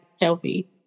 healthy